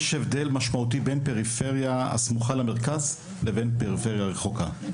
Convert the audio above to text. יש הבדל משמעותי בין פריפריה הסמוכה למרכז לבין פריפריה רחוקה,